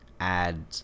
Add